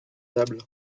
table